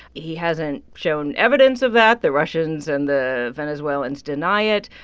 he hasn't shown evidence of that. the russians and the venezuelans deny it.